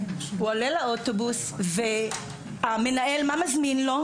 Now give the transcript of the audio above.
הוא עולה לאוטובוס, והמנהל מה מזמין לו?